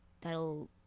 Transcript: that'll